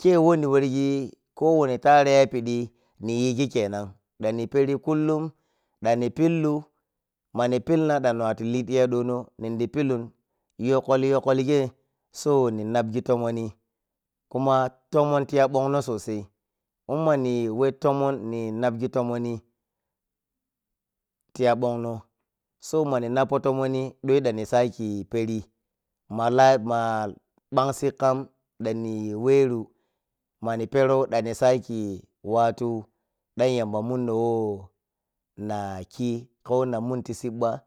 kei weni worgi kowani taran yapidi niyigi kenan ɗanni peri kulum danni pillu anni pilna ɗanna wattu liy tiya dono ninɗin pilu yokkol-yokkol kei so ni napgi tomori ni kuma tomon tiya bonno sosai in nawhe tomon ni napgi tomonni tiya bonna so moni nappo tomonni ɗoi ɗanni sakehi peri mala nah ma bansi kam ɗan ni weru mani perou ɗanni sake watu ɗan yamba munno who naki ka who na mun ti sibba